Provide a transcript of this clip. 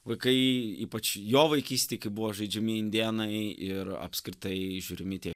vaikai ypač jo vaikystėj kai buvo žaidžiami indėnai ir apskritai žiūrimi tie